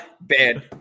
Bad